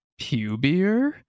pubier